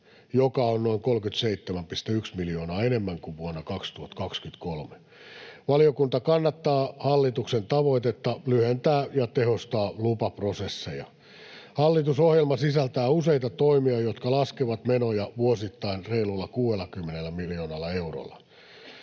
joka on noin 37,1 miljoonaa enemmän kuin vuonna 2023. Valiokunta kannattaa hallituksen tavoitetta lyhentää ja tehostaa lupaprosesseja. Hallitusohjelma sisältää useita toimia, jotka laskevat menoja vuosittain reilulla 60 miljoonalla eurolla.